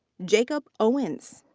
jacob owens.